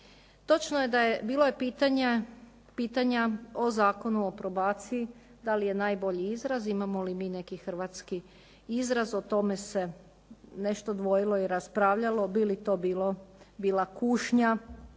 Točno je da je, bilo je pitanja o Zakonu o probaciji da li je najbolji izraz, imamo li mi neki hrvatski izraz, o tome se nešto dvojilo i raspravljalo bi li to bila kušnja